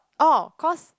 oh cause